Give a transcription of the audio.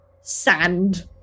sand